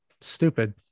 stupid